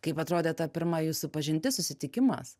kaip atrodė ta pirma jūsų pažintis susitikimas